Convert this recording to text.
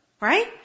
Right